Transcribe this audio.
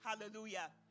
Hallelujah